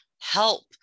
help